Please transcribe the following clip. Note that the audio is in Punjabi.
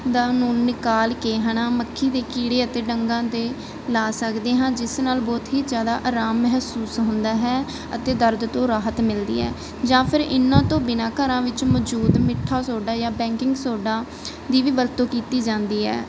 ਦਾ ਨੂੰ ਨਿਕਾਲ ਕੇ ਹੈ ਨਾ ਮੱਖੀ ਦੇ ਕੀੜੇ ਅਤੇ ਡੰਗਾਂ ਦੇ ਲਾ ਸਕਦੇ ਹਾਂ ਜਿਸ ਨਾਲ ਬਹੁਤ ਹੀ ਜ਼ਿਆਦਾ ਆਰਾਮ ਮਹਿਸੂਸ ਹੁੰਦਾ ਹੈ ਅਤੇ ਦਰਦ ਤੋਂ ਰਾਹਤ ਮਿਲਦੀ ਹੈ ਜਾਂ ਫਿਰ ਇਹਨਾਂ ਤੋਂ ਬਿਨਾਂ ਘਰਾਂ ਵਿੱਚ ਮੌਜੂਦ ਮਿੱਠਾ ਸੋਡਾ ਜਾਂ ਬੈਂਕਿੰਗ ਸੋਡਾ ਜਾਂ ਬੇਕਿੰਗ ਸੋਡਾ ਦੀ ਵਰਤੋਂ ਕੀਤੀ ਜਾਂਦੀ ਹੈ